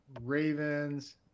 Ravens